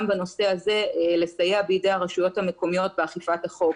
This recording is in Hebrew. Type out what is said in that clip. בנושא הזה לסייע בידי הרשויות המקומיות באכיפת החוק.